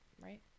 right